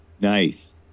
Nice